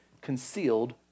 concealed